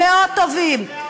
מאוד טובים.